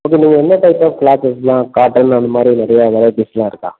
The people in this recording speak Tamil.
ஓகே நீங்கள் எந்த டைப் ஆஃப் க்ளாத்தஸ்லாம் காட்டன் அந்தமாதிரி நிறையா வெரைட்டீஸ்லாம் இருக்கா